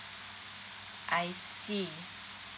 I see